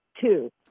two